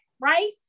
right